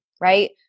right